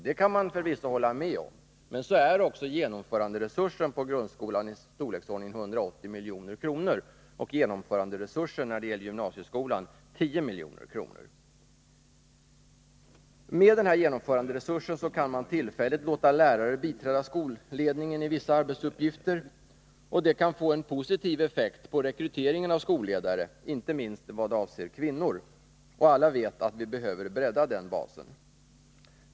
Det kan man förvisso hålla med om, men så är också genomföranderesursen för förändringarna i grundskolan av storleksordningen 180 milj.kr. och genomföranderesursen när det gäller förändringarna i gymnasieskolan 10 milj.kr. Med denna genomföranderesurs kan man låta lärare tillfällige biträda skolledningen i vissa arbetsuppgifter. Det kan få en positiv effekt på rekryteringen av skolledare, inte minst vad avser kvinnor. Alla vet att vi behöver bredda den basen.